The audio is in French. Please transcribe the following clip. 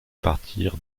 partir